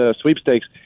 sweepstakes